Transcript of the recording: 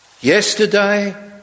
Yesterday